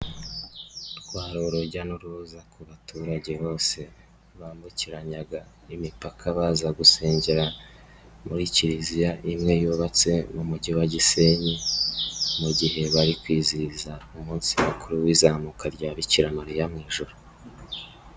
Rwari urujya n'uruza ku baturage bose bambukiranyaga imipaka baza gusengera muri Kiliziya imwe yubatse mu mujyi wa gisenyi, mu gihe bari kwizihiza umunsi mukuru w'izamuka rya Bikiramariya mu ijuru.